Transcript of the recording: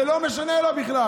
זה לא משנה לו בכלל.